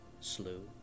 slew